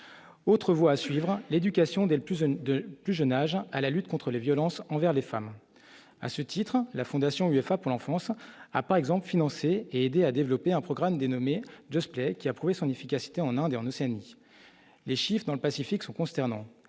autre voie à suivre l'éducation dès le plus jeune de plus jeune âge à la lutte contre les violences envers les femmes à ce titre, la Fondation UFA pour l'enfance a par exemple financé et aidé à développer un programme dénommé de ce qui a prouvé son efficacité en Inde et en Océanie, les chiffres dans le Pacifique sont consternants